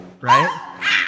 right